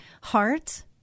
heart